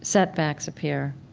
setbacks appear,